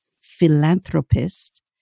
philanthropist